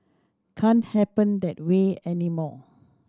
can't happen that way anymore